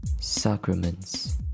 Sacraments